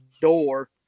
door